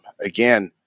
Again